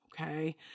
Okay